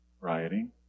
rioting